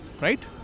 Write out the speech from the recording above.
right